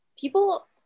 people